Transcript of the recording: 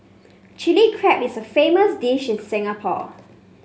Chilli Crab is a famous dish in Singapore